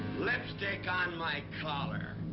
lipstick on my collar.